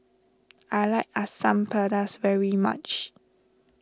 I like Asam Pedas very much